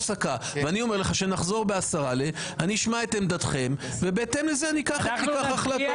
כשנחזור אני אשמע את עמדתכם ובהתאם לזה ניקח החלטות.